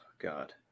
God